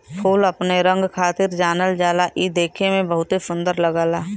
फूल अपने रंग खातिर जानल जाला इ देखे में बहुते सुंदर लगला